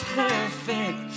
perfect